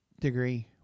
Degree